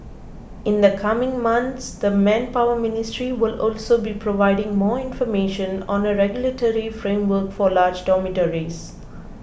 in the coming months the Manpower Ministry will also be providing more information on a regulatory framework for large dormitories